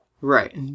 Right